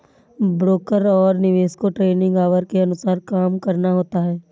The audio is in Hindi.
ब्रोकर और निवेशक को ट्रेडिंग ऑवर के अनुसार काम करना होता है